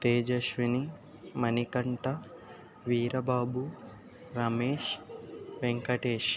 Tejaswini Manikanta Veerababu Ramesh Venkatesh